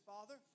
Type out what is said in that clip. Father